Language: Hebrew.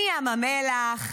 מים המלח,